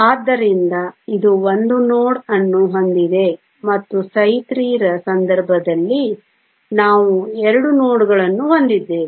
ಆದ್ದರಿಂದ ಇದು 1 ನೋಡ್ ಅನ್ನು ಹೊಂದಿದೆ ಮತ್ತು ψ3 ರ ಸಂದರ್ಭದಲ್ಲಿ ನಾವು 2 ನೋಡ್ಗಳನ್ನು ಹೊಂದಿದ್ದೇವೆ